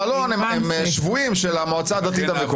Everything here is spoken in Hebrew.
המלון שבויים של המועצה הדתית המקומית.